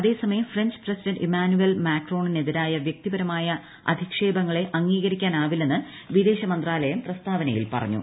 അതേസമയം French president Emmanuel മാക്രോണിനെതിരായ വ്യക്തിപരമായ അധിക്ഷേപ്പങ്ങളെ അംഗീകരിക്കാനാവില്ലെന്ന് വിദേശ മന്ത്രാലയം പ്രസ്താവനയിൽ പറഞ്ഞു